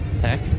Tech